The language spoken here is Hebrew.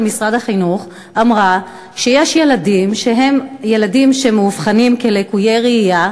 משרד החינוך אמרה שיש ילדים שמאובחנים כלקויי ראייה,